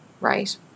Right